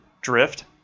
drift